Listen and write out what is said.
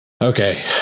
Okay